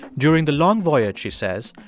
during the long voyage, she says,